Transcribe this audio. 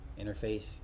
interface